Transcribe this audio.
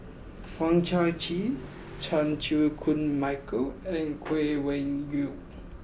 Hang Chang Chieh Chan Chew Koon Michael and Chay Weng Yew